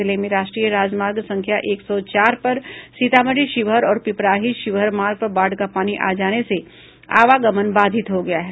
जिले में राष्ट्रीय राजमार्ग संख्या एक सौ चार पर सीतामढ़ी शिवहर और पिपराही शिवहर मार्ग पर बाढ़ का पानी आ जाने से आवागमन बाधित हो गया है